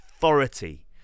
authority